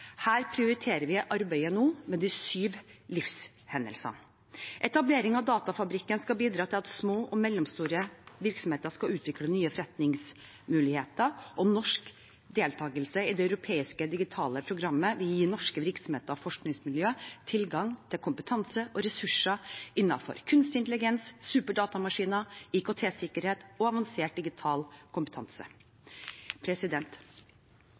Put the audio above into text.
Her prioriterer vi nå arbeidet med de syv livshendelsene. Etablering av Datafabrikken skal bidra til at små og mellomstore virksomheter skal utvikle nye forretningsmuligheter, og norsk deltakelse i det europeiske digitale programmet vil gi norske virksomheter og forskningsmiljø tilgang til kompetanse og ressurser innenfor kunstig intelligens, superdatamaskiner, IKT-sikkerhet og annonsert digital kompetanse.